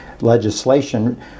legislation